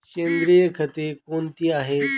सेंद्रिय खते कोणती आहेत?